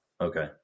Okay